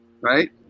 Right